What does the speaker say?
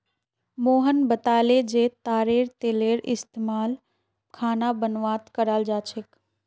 मोहन बताले जे तारेर तेलेर पइस्तमाल खाना बनव्वात कराल जा छेक